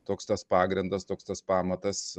toks tas pagrindas toks tas pamatas